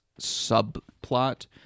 subplot